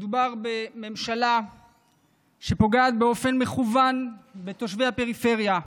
מדובר בממשלה שפוגעת באופן מכוון בתושבי הפריפריה,